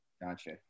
Gotcha